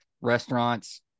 restaurants